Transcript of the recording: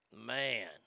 Man